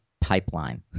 pipeline